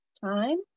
time